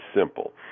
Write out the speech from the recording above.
simple